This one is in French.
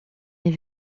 est